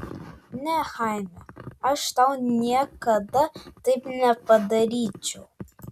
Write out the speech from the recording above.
ne chaime aš tau niekada taip nepadaryčiau